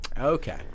Okay